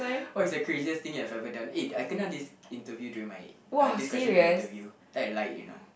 what is the craziest thing you have ever done eh I kena this interview during my uh this question during my interview then I lied you know